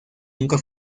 nunca